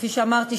כפי שאמרתי,